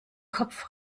kopf